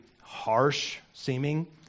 harsh-seeming